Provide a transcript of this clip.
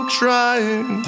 trying